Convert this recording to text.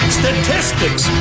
statistics